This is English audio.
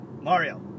Mario